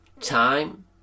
Time